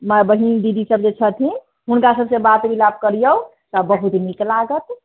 माय बहीन दीदी सब जे छथिन हुनका सबके बात विलाप करियौ तऽ बड्ड नीक लागत